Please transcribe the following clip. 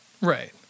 Right